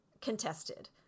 contested